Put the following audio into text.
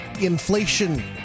Inflation